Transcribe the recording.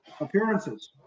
appearances